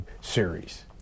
series